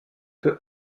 peu